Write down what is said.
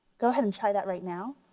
go ahead and try that right now,